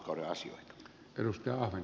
arvoisa puhemies